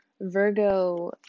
Virgo